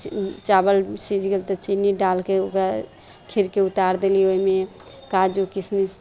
चावल सीझि गेल तऽ चीनी डालि कऽ खीरकेँ उतारि देली ओहिमे काजू किशमिश